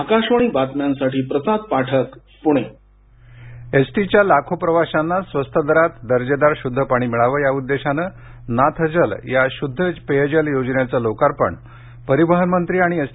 आकाशवाणी बातम्यांसाठी प्रसाद पाठक प्णे नाथजल एसटीच्या लाखो प्रवाशांना स्वस्त दरात दर्जेदार शुद्ध पाणी मिळावं या उद्देशानं नाथजल या शुद्ध पेयजल योजनेचं लोकार्पण परिवहन मंत्री आणि एस